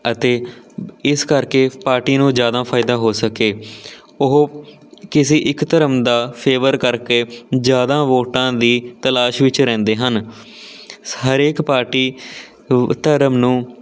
ਅਤੇ ਇਸ ਕਰਕੇ ਪਾਰਟੀ ਨੂੰ ਜ਼ਿਆਦਾ ਫਾਇਦਾ ਹੋ ਸਕੇ ਉਹ ਕਿਸੇ ਇੱਕ ਧਰਮ ਦਾ ਫੇਵਰ ਕਰਕੇ ਜ਼ਿਆਦਾ ਵੋਟਾਂ ਦੀ ਤਲਾਸ਼ ਵਿੱਚ ਰਹਿੰਦੇ ਹਨ ਹਰੇਕ ਪਾਰਟੀ ਧਰਮ ਨੂੰ